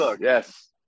Yes